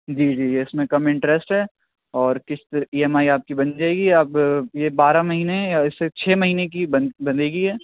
جی جی یہ اِس میں کم انٹرسٹ ہے اور قسط ای ایم آئی آپ کی بن جائے گی آپ یہ بارہ مہینے یا اِس سے چھ مہینے کی بن بنے گی یہ